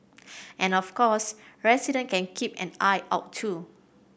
and of course resident can keep an eye out too